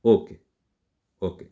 okay okay